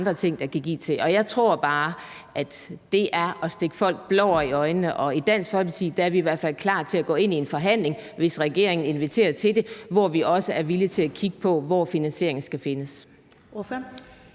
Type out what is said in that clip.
er andre ting, man kan give til. Jeg tror bare, at det er at stikke folk blår i øjnene, og i Dansk Folkeparti er vi i hvert fald klar til at gå ind i en forhandling, hvis regeringen inviterer til det, hvor vi også er villige til at kigge på, hvor finansieringen skal findes.